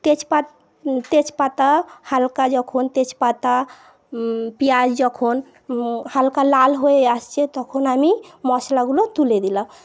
তেজপা তেজপাতা হালকা যখন তেজপাতা পেঁয়াজ যখন হালকা লাল হয়ে আসছে তখন আমি মশলাগুলো তুলে দিলাম